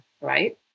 right